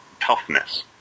toughness